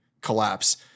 collapse